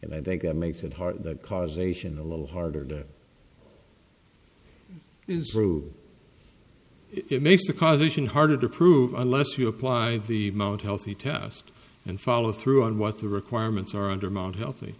and i think that makes it hard causation a little harder that is rude it makes a causation harder to prove unless you apply the most healthy test and follow through on what the requirements are undermount healthy